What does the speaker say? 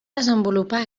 desenvolupar